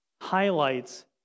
highlights